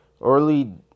Early